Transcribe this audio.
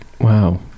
Wow